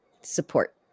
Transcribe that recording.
support